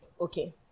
okay